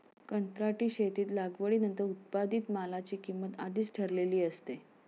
कंत्राटी शेतीत लागवडीनंतर उत्पादित मालाची किंमत आधीच ठरलेली असते